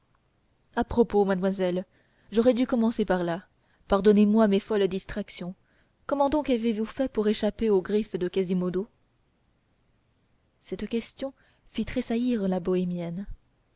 à propos mademoiselle j'aurais dû commencer par là pardonnez-moi mes folles distractions comment donc avez-vous fait pour échapper aux griffes de quasimodo cette question fit tressaillir la bohémienne